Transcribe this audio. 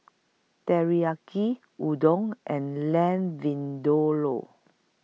Teriyaki Udon and Lamb Vindaloo